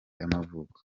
y’amavuko